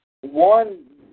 one